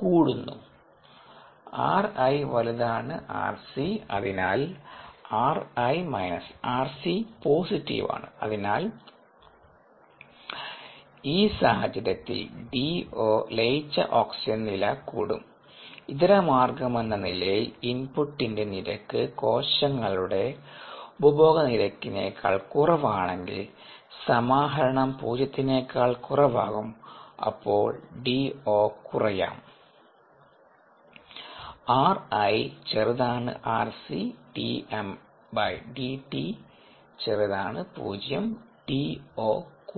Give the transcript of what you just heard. കൂടുന്നു ri rC അതിനാൽ Ri rC positive ആണ് അതിനാൽ DM ഈ സാഹചര്യത്തിൽ ഡിഒ ലയിച്ച ഓക്സിജൻ നില കൂടും ഇതരമാർഗ്ഗമെന്ന നിലയിൽ ഇൻപുട്ടിന്റെ നിരക്ക് കോശങ്ങളുടെ ഉപഭോഗനിരക്കിനേക്കാൾ കുറവാണെങ്കിൽ സമാഹരണം0 നേക്കാൾ കുറവാകുംഅപ്പോൾ DO കുറയാം